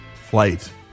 flight